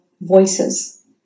voices